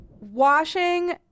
Washing